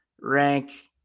rank